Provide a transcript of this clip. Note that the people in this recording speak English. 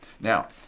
Now